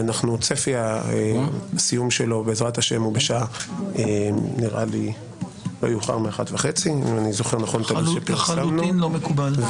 צפי הסיום שלו בעזרת השם הוא לא יאוחר מ-01:30 -- לחלוטין לא מקובל.